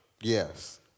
Yes